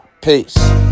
peace